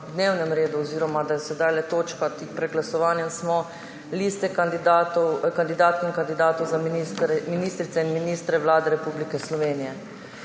na to, da je sedaj točka, tik pred glasovanjem smo, Lista kandidatk in kandidatov za ministrice in ministre Vlade Republike Slovenije.